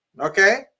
Okay